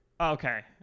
Okay